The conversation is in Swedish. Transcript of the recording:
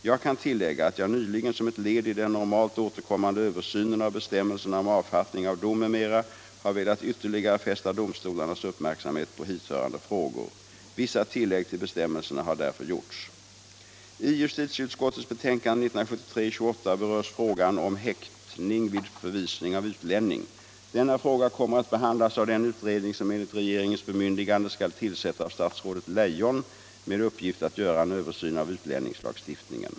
Jag kan tillägga att jag nyligen som ett led i den normalt återkommande översynen av bestämmelserna om avfattning av dom m.m. har velat ytterligare fästa domstolarnas uppmärksamhet på hithörande frågor. Vissa tillägg till bestämmelserna har därför gjorts. I justitieutskottets betänkande 1973:28 berörs frågan om häktning vid förvisning av utlänning. Denna fråga kommer att behandlas av den utredning som enligt regeringens bemyndigande skall tillsättas av statsrådet Leijon med uppgift att göra en översyn av utlänningslagstiftningen.